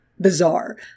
bizarre